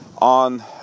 on